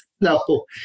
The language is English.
No